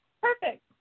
Perfect